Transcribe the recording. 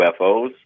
UFOs